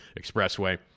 expressway